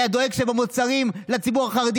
הוא היה דואג שבמוצרים לציבור החרדי